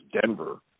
Denver